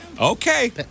Okay